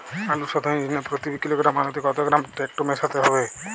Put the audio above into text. আলু শোধনের জন্য প্রতি কিলোগ্রাম আলুতে কত গ্রাম টেকটো মেশাতে হবে?